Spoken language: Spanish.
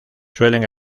suelen